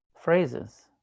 phrases